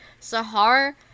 Sahar